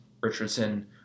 Richardson